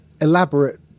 elaborate